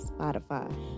Spotify